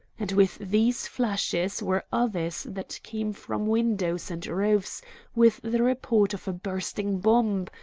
and with these flashes were others that came from windows and roofs with the report of a bursting bomb,